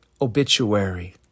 obituary